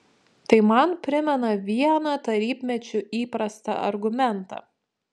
tai man primena vieną tarybmečiu įprastą argumentą